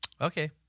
Okay